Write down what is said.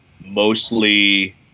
mostly